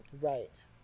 Right